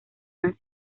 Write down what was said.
dan